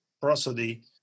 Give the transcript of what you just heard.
prosody